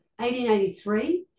1883